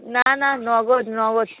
না না নগদ নগদ